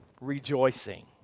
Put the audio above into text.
rejoicing